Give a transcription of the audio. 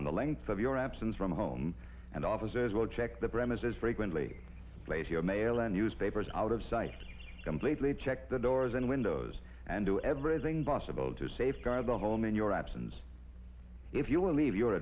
the length of your absence from home and offices will check the premises frequently played here mail and newspapers out of sight completely check the doors and windows and do everything possible to safeguard the home in your absence if you will leave your